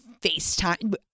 FaceTime